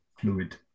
fluid